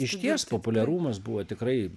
išties populiarumas buvo tikrai